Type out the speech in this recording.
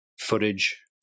footage